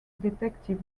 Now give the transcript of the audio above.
detective